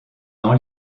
dans